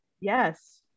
Yes